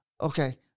okay